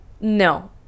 no